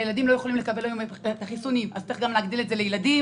הרי ילדים לא יכולים היום לקבל חיסונים אז צריך להרחיב את זה גם לילדים,